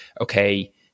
okay